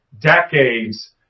decades